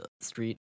Street